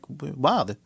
Wow